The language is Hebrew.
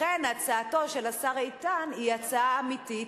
לכן הצעתו של השר איתן היא הצעה אמיתית,